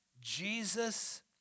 Jesus